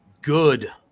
good